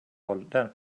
ålder